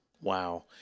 Wow